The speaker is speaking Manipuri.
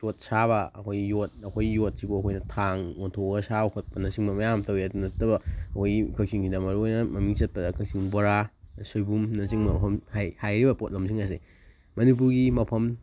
ꯌꯣꯠ ꯁꯥꯕ ꯑꯩꯈꯣꯏꯒꯤ ꯌꯣꯠ ꯑꯩꯈꯣꯏꯒꯤ ꯌꯣꯠꯁꯤꯕꯨ ꯑꯩꯈꯣꯏꯅ ꯊꯥꯡ ꯑꯣꯟꯊꯣꯛꯑꯒ ꯁꯥꯕ ꯈꯣꯠꯄꯅ ꯆꯤꯡꯕ ꯃꯌꯥꯝ ꯇꯧꯋꯤ ꯑꯗꯨ ꯅꯠꯇꯕ ꯑꯩꯈꯣꯏꯒꯤ ꯀꯥꯛꯆꯤꯡꯁꯤꯗ ꯃꯔꯨ ꯑꯣꯏꯅ ꯃꯃꯤꯡ ꯆꯠꯄꯗ ꯀꯥꯛꯆꯤꯡ ꯕꯣꯔꯥ ꯁꯣꯏꯕꯨꯝꯅ ꯆꯤꯡꯕ ꯃꯐꯝ ꯍꯥꯏꯔꯤꯕ ꯄꯣꯠꯂꯝꯁꯤꯡ ꯑꯁꯦ ꯃꯅꯤꯄꯨꯔꯒꯤ ꯃꯐꯝ